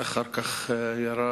ואחר כך ירה